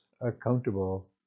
accountable